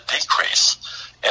decrease